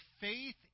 faith